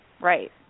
Right